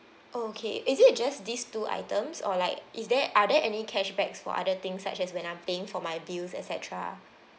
okay is it just these two items or like is there are there any cashbacks for other things such as when I'm paying for my bills et cetera